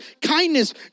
kindness